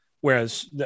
whereas